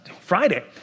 Friday